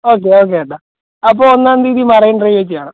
okay okay ഏട്ടാ അപ്പോൾ ഒന്നാം തീയതി മറൈൻ ഡ്രൈവിൽ വെച്ച് കാണാം